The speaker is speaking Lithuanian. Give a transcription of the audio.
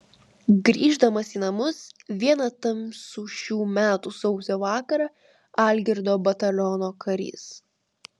grįždamas į namus vieną tamsų šių metų sausio vakarą algirdo bataliono karys